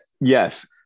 Yes